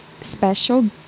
special